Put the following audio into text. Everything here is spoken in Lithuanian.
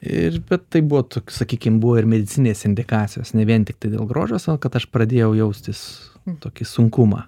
ir bet tai buvo toks sakykim buvo ir medicininės indikacijos ne vien tik dėl grožio sau kad aš pradėjau jaustis tokį sunkumą